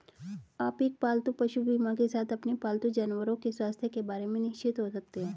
आप एक पालतू पशु बीमा के साथ अपने पालतू जानवरों के स्वास्थ्य के बारे में निश्चिंत हो सकते हैं